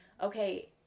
okay